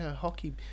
hockey